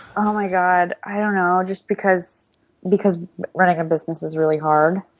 oh, my god. i don't know, just because because running a business is really hard.